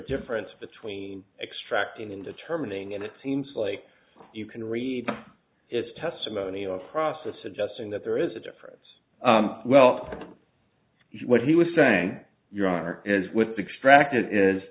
difference between extracting in determining and it seems like you can read it's testimony or process suggesting that there is a difference well what he was saying your honor is